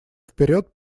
вперед